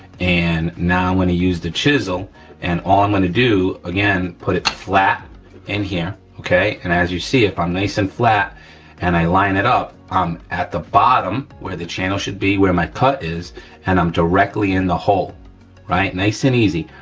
and now i'm gonna use the chisel and all i'm gonna do again, put it flat in here, okay, and as you see if i'm nice and flat and i line it up at the bottom where the channel should be, where my cut is and i'm directly in the hole right? nice and easy,